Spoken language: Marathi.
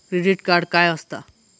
क्रेडिट कार्ड काय असता?